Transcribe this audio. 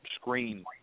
screen